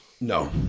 No